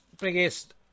biggest